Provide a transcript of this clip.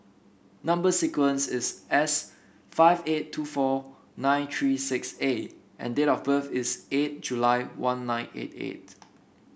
number sequence is S five eight two four nine three six A and date of birth is eight July one nine eight eight